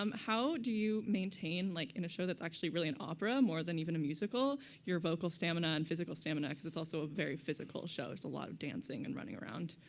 um how do you maintain like in a show that's actually really an opera more than even a musical your vocal stamina and physical stamina? because it's also a very physical show? there's a lot of dancing and running around.